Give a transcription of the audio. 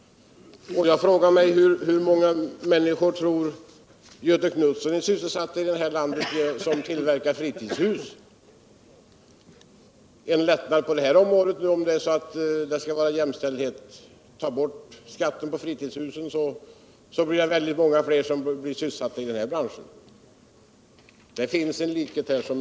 Hur många minniskor här i landet tror Göthe Knutson är sysselsatta med att tillverka fritidshus? Om det skall vara jämställdhet härvidlag. ta då bort skatten på fritidshus! Då får vi säkert väldigt många fer sysselsatta i fritidshusbranschen.